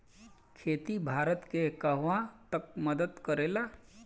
खेती भारत के कहवा तक मदत करे ला?